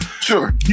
Sure